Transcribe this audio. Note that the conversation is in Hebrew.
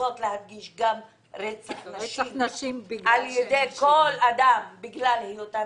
להדגיש רצח נשים על ידי כל אדם בגלל היותן